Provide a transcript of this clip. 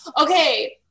Okay